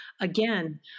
again